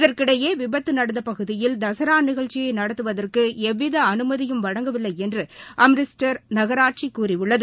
இதற்கிடையே விபத்து நடந்த பகுதியில் தசரா நிகழ்ச்சியை நடத்துவதற்கு எவ்வித அனுமதியும் வழங்கவில்லை என்று அம்ரிஷ்டர் நகராட்சி கூறியுள்ளது